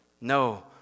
No